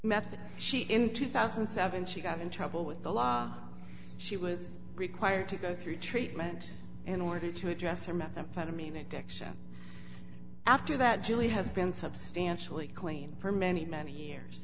meth she in two thousand and seven she got in trouble with the law she was required to go through treatment in order to address her methamphetamine addiction after that julie has been substantially queen for many many years